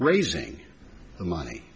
raising the money